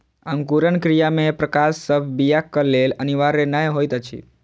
अंकुरण क्रिया मे प्रकाश सभ बीयाक लेल अनिवार्य नै होइत अछि